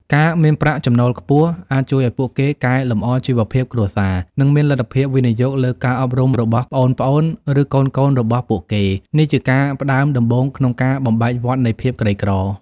ការមានប្រាក់ចំណូលខ្ពស់ អាចជួយឱ្យពួកគេកែលម្អជីវភាពគ្រួសារ និងមានលទ្ធភាពវិនិយោគលើការអប់រំរបស់ប្អូនៗ ឬកូនៗរបស់ពួកគេ។ នេះជាការផ្តើមដំបូងក្នុងការបំបែកវដ្តនៃភាពក្រីក្រ។